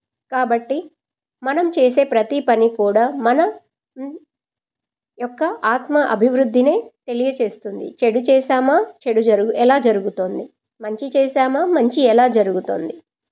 కాబట్టి మనం చేసే ప్రతీ పని కూడా మన యొక్క ఆత్మ అభివృద్ధినే తెలియజేస్తుంది చెడు చేసామా చెడు జరుగు ఎలా జరుగుతోంది మంచి చేసామా మంచి ఎలా జరుగుతోంది